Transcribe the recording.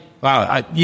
wow